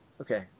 Okay